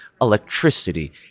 electricity